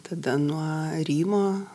tada nuo rijimo